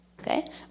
Okay